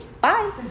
Bye